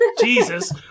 Jesus